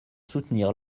soutenir